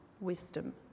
wisdom